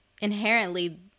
inherently